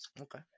Okay